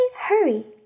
hurry